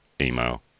email